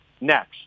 next